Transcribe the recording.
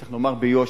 צריך לומר ביושר: